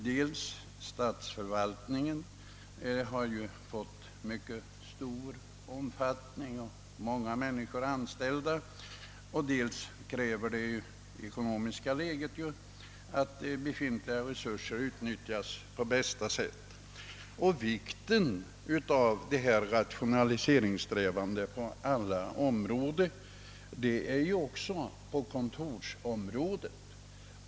Dels har den fått en mycket stor omfattning med många människor anställda, dels kräver det ekonomiska läget att befintliga resurser utnyttjas på bästa sätt. Rationaliseringssträvandena är av vikt på alla områden, inte minst på kontorsområdet.